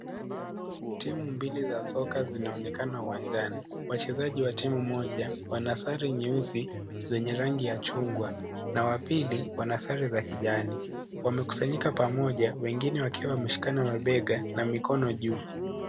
Timu mbili za soka zinaonekana uwanjani. Wachezaji wa timu moja Wana sare nyeusi zenye rangi ya chungwa na wa pili Wana sare za kijani. Wamekusanyika pamoja wengine wameshikana mabega na mikono juu.